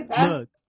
look